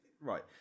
Right